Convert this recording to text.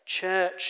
Church